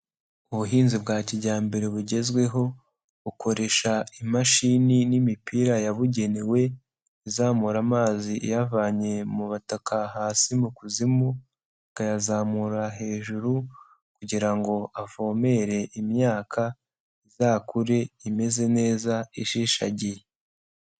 Ubuhinzi bwa kijyambere bugezweho, bukoresha imashini n'imipira yabugenewe, izamura amazi iyavanye mu butaka hasi mu kuzimu, ikayazamura hejuru kugira ngo avomerere imyaka, izakure imeze neza ishishagiye.